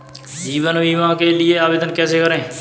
जीवन बीमा के लिए आवेदन कैसे करें?